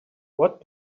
what